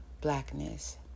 blackness